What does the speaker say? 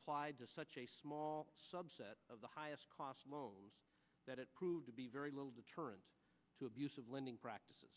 applied to such a small subset of the highest cost loans that it proved to be very little deterrent to abusive lending practices